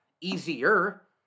easier